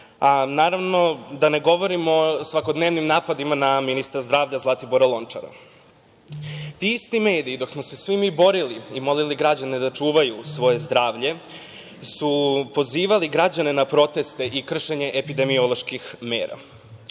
a naravno da ne govorimo o svakodnevnim napadima na ministra zdravlja Zlatibora Lončara. Ti isti mediji, dok smo se svi mi borili i molili građane da čuvaju svoje zdravlje, su pozivali građane na proteste i kršenje epidemioloških mera,